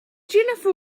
jennifer